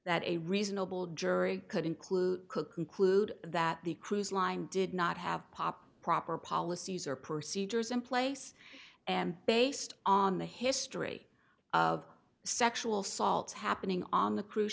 that a reasonable jury could include could conclude that the cruise line did not have pop proper policies or procedures in place and based on the history of sexual assaults happening on the cruise